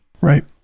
Right